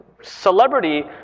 celebrity